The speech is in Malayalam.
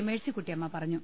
മേഴ്സിക്കുട്ടിയ മ്മ പറഞ്ഞു